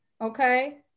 okay